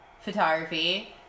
photography